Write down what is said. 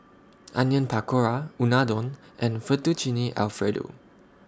Onion Pakora Unadon and Fettuccine Alfredo